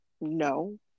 No